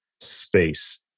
space